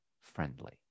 friendly